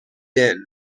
inn